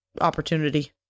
opportunity